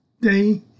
day